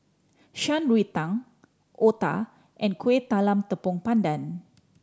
Shan Rui Tang otah and Kuih Talam Tepong Pandan